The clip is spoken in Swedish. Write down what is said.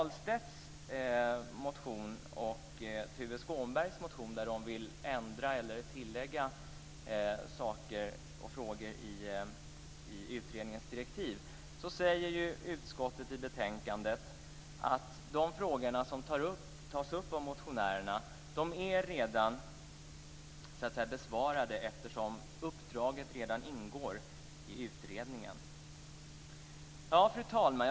Beträffande Rigmor Ahlstedts och Tuve Skånbergs motioner, i vilka de framför att de vill ändra eller tillföra saker när det gäller utredningens direktiv, skriver utskottet i betänkandet att de frågor som tas upp av motionärerna redan är besvarade, eftersom uppdraget redan ingår i utredningen. Fru talman!